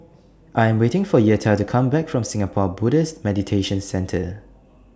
I'm waiting For Yetta to Come Back from Singapore Buddhist Meditation Centre